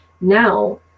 now